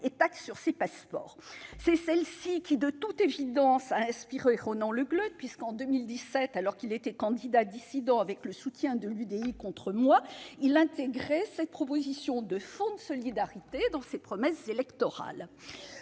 et taxes sur les passeports. C'est celle-ci qui, de toute évidence, a inspiré Ronan Le Gleut, puisque, en 2017, alors qu'il était candidat dissident avec le soutien de l'UDI contre moi, il intégrait cette proposition de fonds de solidarité dans ses promesses électorales.